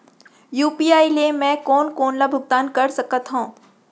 UPI ले मैं कोन कोन ला भुगतान कर सकत हओं?